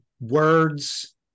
words